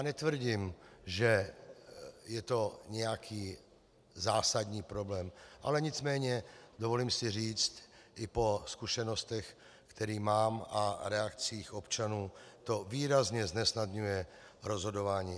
Netvrdím, že je to nějaký zásadní problém, ale nicméně si dovolím říct i po zkušenostech, které mám, a reakcích občanů, to výrazně znesnadňuje rozhodování.